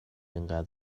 اینقدر